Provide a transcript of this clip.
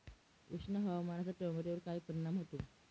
उष्ण हवामानाचा टोमॅटोवर काय परिणाम होतो?